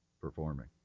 performing